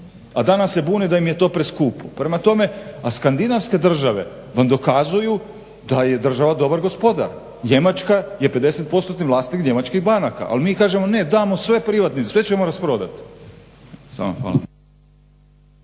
A danas se bune da im je to preskupo. Prema tome, a skandinavske države vam dokazuju da je država dobar gospodar. Njemačka je 50%-ni vlasnik njemačkih banaka, ali mi kažemo ne damo sve privatnicima, sve ćemo rasprodati. Hvala.